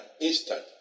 instant